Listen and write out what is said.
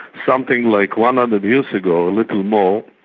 something like one hundred years ago, a little more,